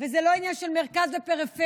וזה לא עניין של מרכז ופריפריה.